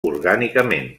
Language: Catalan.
orgànicament